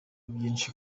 vyinshi